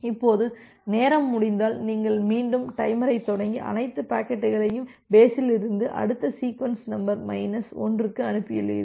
இப்போது நேரம் முடிந்தால் நீங்கள் மீண்டும் டைமரைத் தொடங்கி அனைத்து பாக்கெட்டுகளையும் பேஸிலிருந்து அடுத்த சீக்வென்ஸ் நம்பர் மைனஸ் 1க்கு அனுப்பினீர்கள்